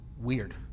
weird